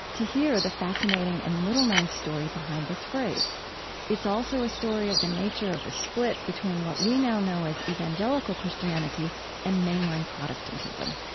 to hear the fascinating and little-known story behind this phrase it's also a story of the nature of the split between what we now know as evangelical christianity and mainline protestantism.